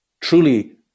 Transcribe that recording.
Truly